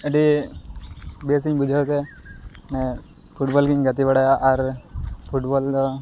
ᱟᱹᱰᱤ ᱵᱮᱥᱤᱧ ᱵᱩᱡᱷᱟᱹᱣᱛᱮ ᱯᱷᱩᱴᱵᱚᱞᱜᱤᱧ ᱜᱟᱛᱮ ᱵᱟᱲᱟᱭᱟ ᱟᱨ ᱯᱷᱩᱴᱵᱚᱞᱫᱚ